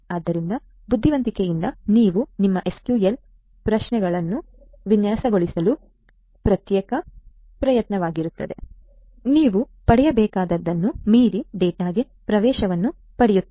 ಆದ್ದರಿಂದ ಬುದ್ಧಿವಂತಿಕೆಯಿಂದ ನೀವು ನಿಮ್ಮ SQL ಪ್ರಶ್ನೆಗಳನ್ನು ವಿನ್ಯಾಸಗೊಳಿಸಲು ಪ್ರಯತ್ನಿಸುತ್ತೀರಿ ಅದು ನೀವು ಪಡೆಯಬೇಕಾದದ್ದನ್ನು ಮೀರಿ ಡೇಟಾಗೆ ಪ್ರವೇಶವನ್ನು ಪಡೆಯುತ್ತದೆ